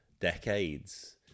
decades